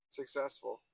successful